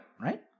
right